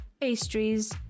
pastries